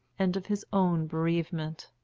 and of his own bereavement.